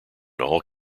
all